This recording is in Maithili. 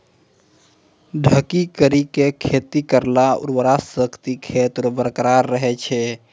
ढकी करी के खेती करला उर्वरा शक्ति खेत रो बरकरार रहे छै